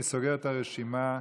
אני סוגר את הרשימה.